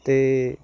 ਤੇ